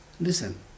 Listen